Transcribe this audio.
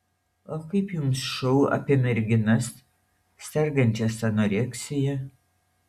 o kaip jums šou apie merginas sergančias anoreksija